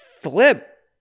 flip